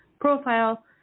profile